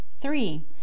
Three